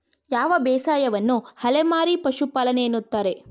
ಯಾವ ಬೇಸಾಯವನ್ನು ಅಲೆಮಾರಿ ಪಶುಪಾಲನೆ ಎನ್ನುತ್ತಾರೆ?